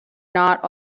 not